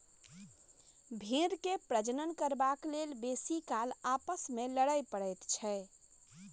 भेंड़ के प्रजनन करबाक लेल बेसी काल आपस मे लड़य पड़ैत छै